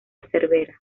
cervera